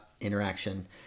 interaction